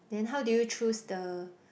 then how do you choose the